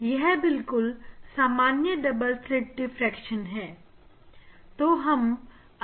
यह बिल्कुल सामान्य डबल स्लिट डिफ्रेक्शन है